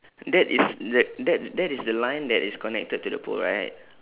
that is the that that is the line that is connected to the pole right